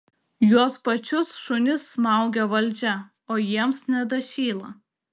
juos pačius šunis smaugia valdžia o jiems nedašyla